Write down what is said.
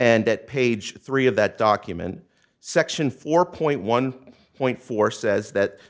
and at page three of that document section four point one point four says that the